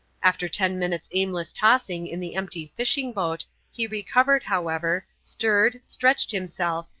after ten minutes' aimless tossing in the empty fishing-boat he recovered, however, stirred, stretched himself,